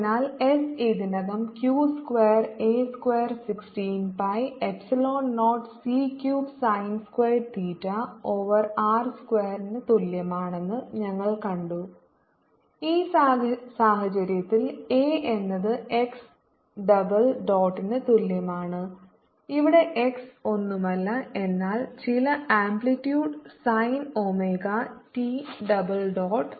അതിനാൽ s ഇതിനകം q square a square 16 pi epsilon 0 C cubed sine squared theta over r square തുല്യമാണെന്ന് ഞങ്ങൾ കണ്ടു ഈ സാഹചര്യത്തിൽ a എന്നത് x ഡബിൾ ഡോട്ടിന് തുല്യമാണ് ഇവിടെ x ഒന്നുമല്ല എന്നാൽ ചില amplitude sine omega t double dot